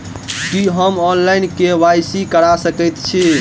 की हम online, KYC करा सकैत छी?